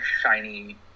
shiny